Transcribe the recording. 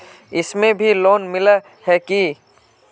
इसमें भी लोन मिला है की